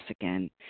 again